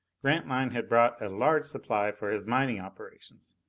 grantline had brought a large supply for his mining operations,